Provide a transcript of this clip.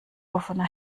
offener